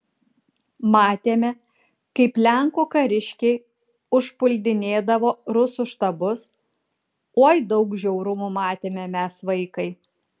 matėme kaip lenkų kariškiai užpuldinėdavo rusų štabus oi daug žiaurumų matėme mes vaikai